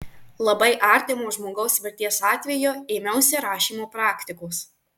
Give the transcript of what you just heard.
labai artimo žmogaus mirties atveju ėmiausi rašymo praktikos